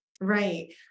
right